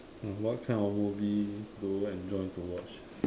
uh what kind of movie do you enjoy to watch